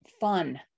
fun